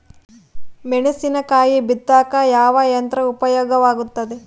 ಮೆಣಸಿನಕಾಯಿ ಬಿತ್ತಾಕ ಯಾವ ಯಂತ್ರ ಉಪಯೋಗವಾಗುತ್ತೆ?